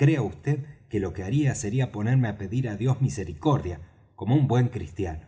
crea vd que lo que haría sería ponerme á pedir á dios misericordia como un buen cristiano